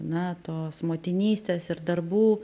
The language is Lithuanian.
na tos motinystės ir darbų